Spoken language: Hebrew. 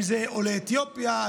אם זה עולי אתיופיה,